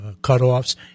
cutoffs